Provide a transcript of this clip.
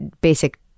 basic